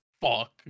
fuck